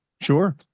sure